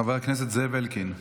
חבר הכנסת זאב אלקין,